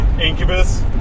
Incubus